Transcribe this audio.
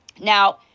Now